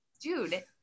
Dude